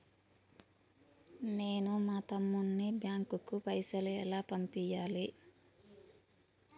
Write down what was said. నేను మా తమ్ముని బ్యాంకుకు పైసలు ఎలా పంపియ్యాలి?